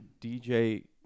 DJ